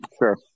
Sure